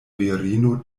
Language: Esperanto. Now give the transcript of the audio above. virino